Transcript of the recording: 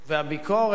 והביקורת,